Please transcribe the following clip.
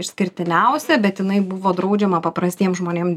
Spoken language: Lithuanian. išskirtiniausia bet jinai buvo draudžiama paprastiem žmonėm